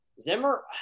Zimmer